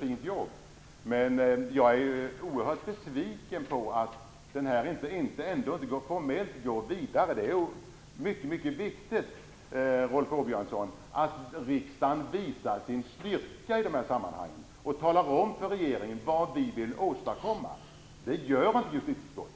fint arbete. Jag är oerhört besviken på att det här inte går vidare formellt. Det är mycket, mycket viktigt, Rolf Åbjörnsson, att riksdagen visar sin styrka i de här sammanhangen och talar om för regeringen vad vi vill åstadkomma. Det gör inte justitieutskottet.